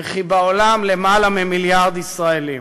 וכי בעולם למעלה ממיליארד ישראלים.